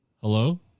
Hello